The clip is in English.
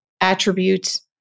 attributes